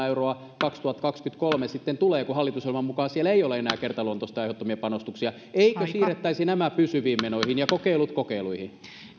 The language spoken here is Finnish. euroa kaksituhattakaksikymmentäkolme sitten tulevat kun hallitusohjelman mukaan siellä ei ole enää kertaluontoisten aiheuttamia panostuksia eikö siirrettäisi nämä pysyviin menoihin ja kokeilut kokeiluihin